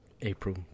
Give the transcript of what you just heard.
April